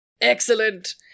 Excellent